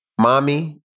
mommy